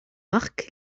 marque